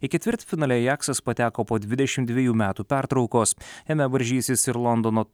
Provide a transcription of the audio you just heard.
į ketvirtfinalį ajaksas pateko po dvidešimt dviejų metų pertraukos jame varžysis ir londono